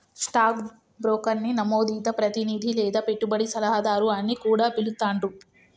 stock బ్రోకర్ని నమోదిత ప్రతినిధి లేదా పెట్టుబడి సలహాదారు అని కూడా పిలుత్తాండ్రు